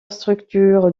structure